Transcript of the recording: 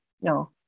No